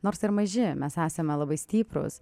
nors ir maži mes esame labai stiprūs